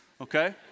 okay